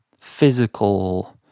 physical